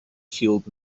field